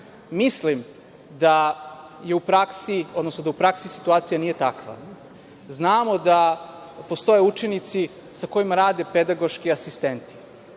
diskriminacije. Mislim da u praksi situacija nije takva. Znamo da postoje učenici sa kojima rade pedagoški asistenti